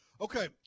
Okay